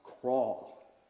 crawl